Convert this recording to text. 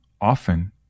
often